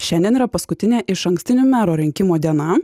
šiandien yra paskutinė išankstinių mero rinkimų diena